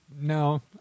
No